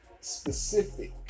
specific